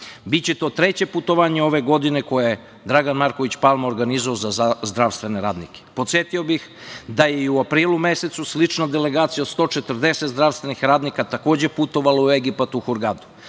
Biće to treće putovanje ove godine koje je Dragan Marković Palma organizovao za zdravstvene radnike. Podsetio bih da je i u aprilu mesecu slična delegacija od 140 zdravstvenih radnika takođe putovala u Egipat, u Hurgadu.